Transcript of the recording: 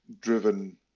driven